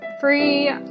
free